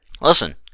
Listen